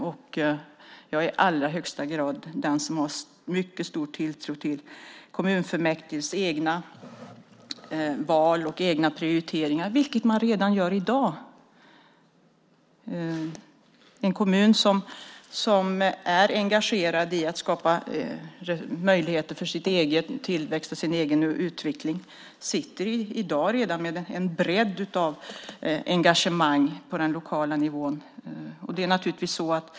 Och jag har mycket stor tilltro till kommunfullmäktiges egna val och egna prioriteringar. Det görs redan i dag. En kommun som är engagerad i att skapa möjligheter för sin egen tillväxt och sin egen utveckling sitter redan i dag med ett brett engagemang på den lokala nivån.